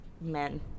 men